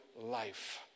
life